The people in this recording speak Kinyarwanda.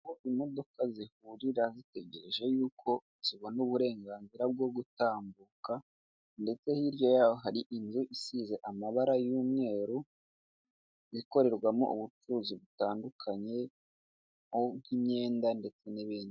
Aho imodoka zihurira zitegereje yuko zibona uburenganzira bwo gutambuka ndetse hirya y'aho hari inzu isize amabara y'umweru ikorerwamo ubucuruzi butandukanye nk'imyenda ndetse n'ibindi.